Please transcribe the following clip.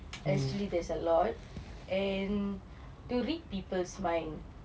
actually there's a lot and to read people's mind